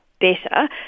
better